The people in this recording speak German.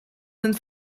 sind